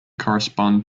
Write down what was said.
correspond